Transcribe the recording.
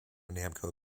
namco